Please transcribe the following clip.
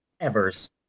Evers